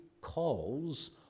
calls